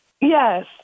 Yes